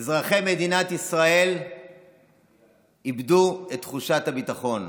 אזרחי מדינת ישראל איבדו את תחושת הביטחון.